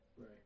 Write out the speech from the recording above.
Right